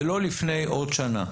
זה לא לפני עוד שנה.